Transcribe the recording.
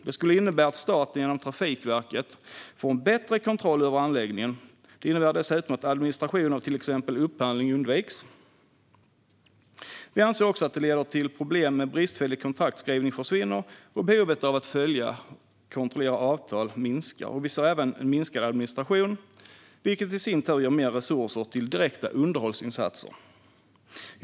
Det skulle innebära att staten genom Trafikverket får bättre kontroll över anläggningen. Det innebär dessutom att administration av till exempel upphandling undviks. Vi anser också att det leder till att problem med bristfällig kontraktsskrivning försvinner, och behovet av att följa upp och kontrollera avtal minskar. Vi ser även en minskad administration, vilket i sin tur ger mer resurser till direkta underhållsinsatser.